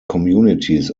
communities